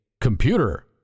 computer